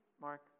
Mark